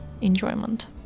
enjoyment